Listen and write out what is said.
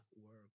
work